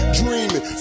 dreaming